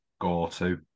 go-to